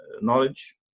knowledge